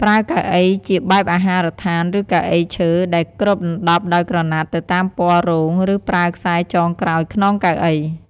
ប្រើកៅអីជាបែបអាហារដ្ឋានឬកៅអីឈើ ដែលគ្របដណ្តប់ដោយក្រណាត់ទៅតាមពណ៌រោង និងប្រើខ្សែចងក្រោយខ្នងកៅអី។